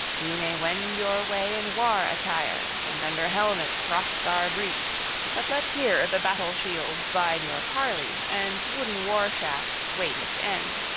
ye may wend your way in war-attire, and under helmets hrothgar greet but let here the battle-shields bide your parley, and wooden war-shafts wait its end.